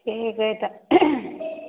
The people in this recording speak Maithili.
ठीक हइ तऽ